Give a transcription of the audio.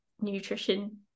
nutrition